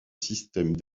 système